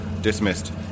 Dismissed